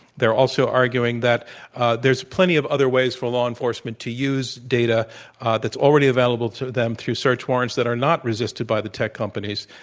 they are also arguing that there's plenty of other ways for law enforcement to use data that's already available to them through search warrants that are not resisted by the tech companies.